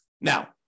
Now